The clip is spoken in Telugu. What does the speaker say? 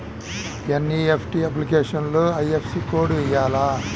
ఎన్.ఈ.ఎఫ్.టీ అప్లికేషన్లో ఐ.ఎఫ్.ఎస్.సి కోడ్ వేయాలా?